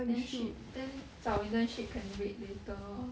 then 去 then 找 internship can wait later ah